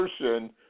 person